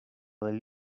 del